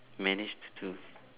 managed to do